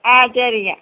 ஆ சரிங்க